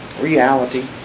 reality